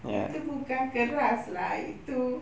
itu bukan keras lah itu